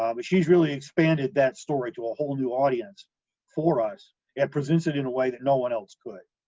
um but she's really expanded that story to a whole new audience for us and presents it in a way that no one else could.